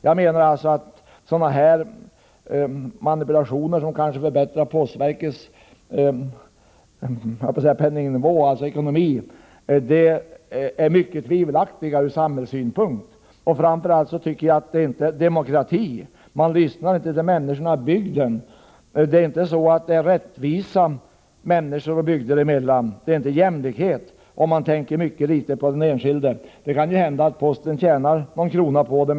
Jag menar att sådana manipulationer för att förbättra postverkets ekonomi är mycket tvivelaktiga ur samhällssynpunkt. Framför allt är de inte något uttryck för demokrati. Man lyssnar inte på människorna i bygden. Om man tänker mycket litet på den enskilde, blir det inte någon rättvisa och jämlikhet människor och bygder emellan. Det kan ju hända att posten tjänar någon krona på detta.